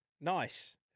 Nice